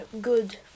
good